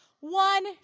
One